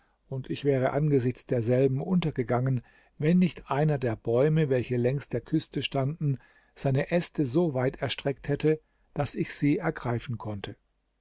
und ich wäre angesichts derselben untergegangen wenn nicht einer der bäume welche längs der küste standen seine äste so weit erstreckt hätte daß ich sie ergreifen konnte